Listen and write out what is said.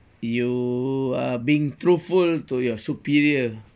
you are being truthful to your superior